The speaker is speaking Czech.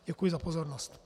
Děkuji za pozornost.